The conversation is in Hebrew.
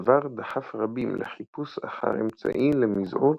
הדבר דחף רבים לחיפוש אחר אמצעי למזעור